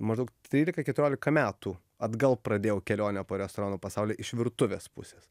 maždaug trylika keturiolika metų atgal pradėjau kelionę po restoranų pasaulį iš virtuvės pusės